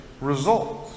results